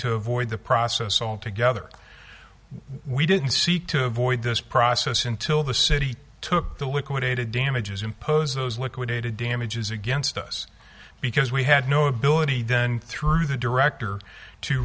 to avoid the process altogether we didn't seek to avoid this process until the city took the liquidated damages impose those liquidated damages against us because we had no ability then through the director to